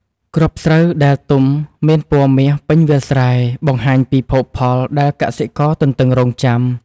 គ្រាប់ស្រូវដែលទុំមានពណ៌មាសពេញវាលស្រែ បង្ហាញពីភោគផលដែលកសិករទន្ទឹងរង់ចាំ។